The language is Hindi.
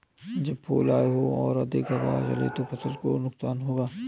जब फूल आए हों और अधिक हवा चले तो फसल को नुकसान होगा?